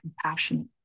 compassionate